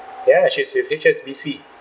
ya she's with H_S_B_C